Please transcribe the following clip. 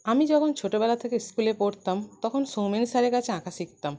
আমি যখন ছোটবেলা থেকে স্কুলে পড়তাম তখন সৌমেন স্যরের কাছে আঁকা শিখতাম